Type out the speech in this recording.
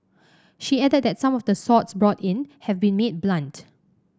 she added that some of the swords brought in have been made blunt